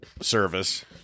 service